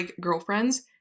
girlfriends